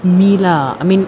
me lah I mean